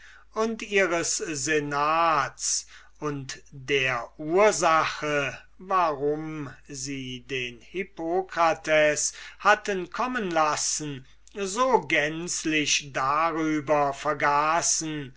und ihres senats und der ursache warum sie den hippokrates hatten kommen lassen so gänzlich darüber vergaßen